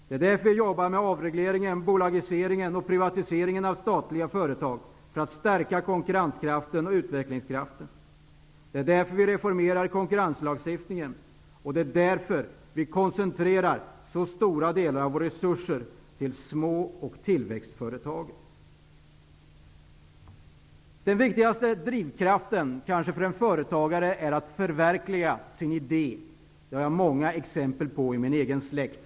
Det är därför vi jobbar med avreglering, bolagisering och privatisering av statliga företag, dvs. för att stärka konkurrenskraften och utvecklingskraften. Det är därför vi reformerar konkurrenslagstiftningen, och det är därför vi koncentrerar så stor del av våra resurser till små och tillväxtföretag. Den viktigaste drivkraften för en företagare är att förverkliga sin idé. Jag har många exempel på det i min egen släkt.